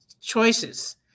choices